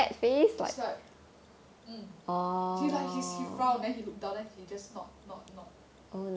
it's like mm he like he frowned and then he looked down he just nod nod nod